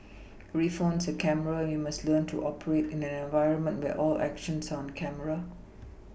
every phone is a camera and we must learn to operate in an environment where all actions are on camera